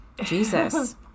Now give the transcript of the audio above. Jesus